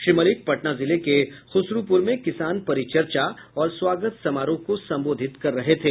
श्री मलिक पटना जिले के खुसरूपुर में किसान परिचर्चा और स्वागत समारोह को संबोधित कर रहे थे